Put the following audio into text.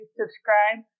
subscribe